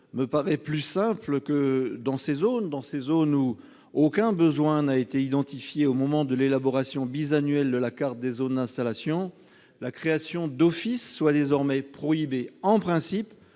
donc plus simple que, dans les zones où aucun besoin n'a été identifié au moment de l'élaboration bisannuelle de la carte des zones d'installation, la création d'offices soit désormais prohibée en principe,